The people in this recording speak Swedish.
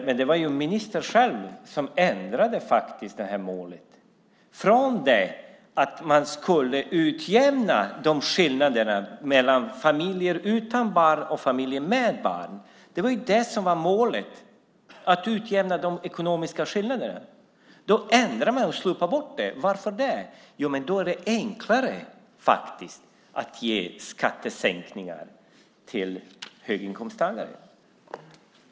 Men det var ju ministern själv som ändrade målet, från det att man skulle utjämna skillnaderna mellan familjer utan barn och familjer med barn. Målet var ju att utjämna de ekonomiska skillnaderna. Då ändrade man det. Varför det? Jo, det är enklare att ge skattesänkningar till höginkomsttagare.